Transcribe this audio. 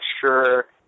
sure